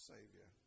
Savior